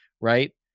right